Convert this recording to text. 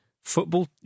Football